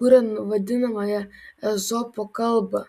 kuriant vadinamąją ezopo kalbą